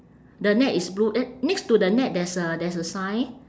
the net is blue eh next to the net there's a there's a sign